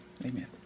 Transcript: Amen